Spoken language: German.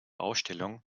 ausstellung